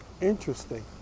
interesting